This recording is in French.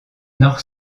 nord